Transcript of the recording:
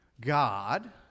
God